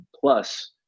plus